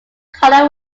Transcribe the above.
conner